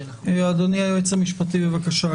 אדוני היועץ המשפטי, בבקשה.